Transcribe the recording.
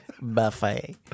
buffet